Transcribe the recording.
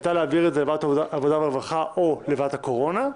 הייתה להעביר את זה לוועדת העבודה והרווחה או לוועדת הקורונה.